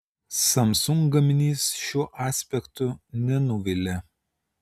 samsung gaminys šiuo aspektu nenuvilia